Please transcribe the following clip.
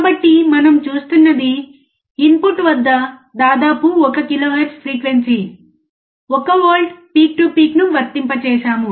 కాబట్టి మనం చూస్తున్నది ఇన్పుట్ వద్ద దాదాపు 1 kilohertz frequency 1 volt peak to peak ను వర్తింపజేసాము